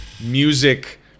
music